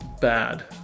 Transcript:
bad